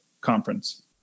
Conference